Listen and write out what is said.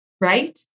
right